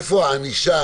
איפה הענישה?